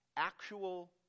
Actual